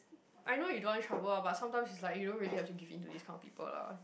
I know you don't want trouble lah but sometimes is like you don't really have to keep into this kind of people lah